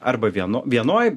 arba vienu vienoj